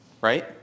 right